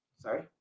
sorry